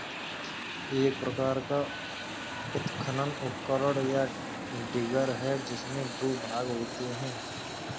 एक प्रकार का उत्खनन उपकरण, या डिगर है, जिसमें दो भाग होते है